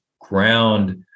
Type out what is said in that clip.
ground